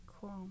Cool